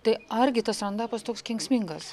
tai argi tas rondapas toks kenksmingas